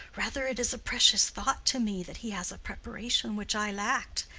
rather it is a precious thought to me that he has a preparation which i lacked,